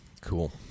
Cool